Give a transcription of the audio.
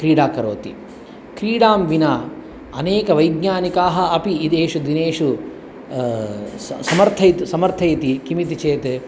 क्रीडां करोति क्रीडां विना अनेक वैज्ञानिकाः अपि एतेषु दिनेषु स समर्थयत् समर्थयन्ति किमिति चेत्